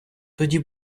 тоді